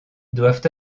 doivent